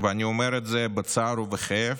ואני אומר את זה בצער ובכאב,